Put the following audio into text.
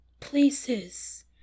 Places